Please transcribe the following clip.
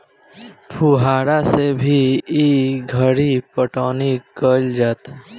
फुहारा से भी ई घरी पटौनी कईल जाता